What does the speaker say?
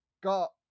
got